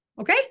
Okay